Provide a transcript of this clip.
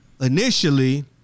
initially